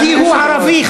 כי הוא ערבי,